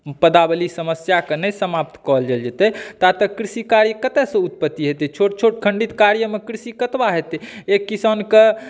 पदावलीकेँ सम्म्स्याकेँ नहि समाप्त कयल जेतै ता कृषी कार्य कतऽ से उत्पत्ति हेतै छोट छोट खण्डित कार्यमे कृषी कतबा हेतै एक किसानके